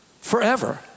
Forever